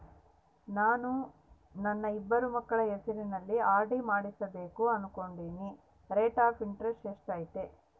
ನಾನು ನನ್ನ ಇಬ್ಬರು ಮಕ್ಕಳ ಹೆಸರಲ್ಲಿ ಆರ್.ಡಿ ಮಾಡಿಸಬೇಕು ಅನುಕೊಂಡಿನಿ ರೇಟ್ ಆಫ್ ಇಂಟರೆಸ್ಟ್ ಎಷ್ಟೈತಿ?